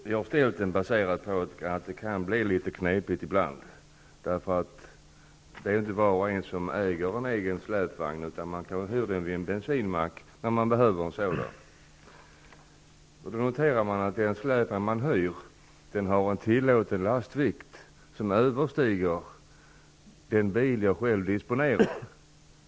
Herr talman! Jag tackar statsrådet för svaret på min fråga. Frågan baserar sig på det förhållandet att det ibland kan bli litet knepigt. Det är inte var och en som äger en släpvagn, utan den hyr man vid en bensinmack vid behov. Då kanske man noterar att släpet har en tillåten lastvikt som överstiger dragvikten på den bil som man disponerar.